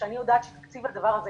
כשאני יודעת שתקציב לדבר הזה